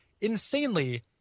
insanely